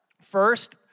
First